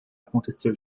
acontecer